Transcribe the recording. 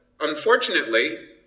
unfortunately